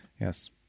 Yes